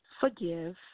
forgive